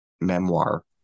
memoir